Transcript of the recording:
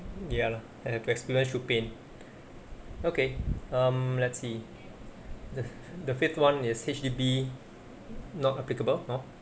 ya lah and have to experience through pain okay um let's see the the fifth [one] is H_D_B not applicable !huh!